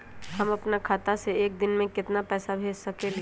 हम अपना खाता से एक दिन में केतना पैसा भेज सकेली?